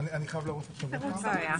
התקבלה פה אחד.